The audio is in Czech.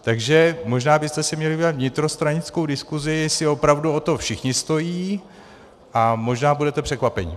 Takže možná byste si měli udělat vnitrostranickou diskuzi, jestli opravdu o to všichni stojí, a možná budete překvapeni.